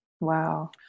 Wow